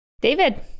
David